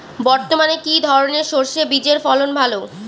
বর্তমানে কি ধরনের সরষে বীজের ফলন ভালো?